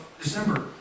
December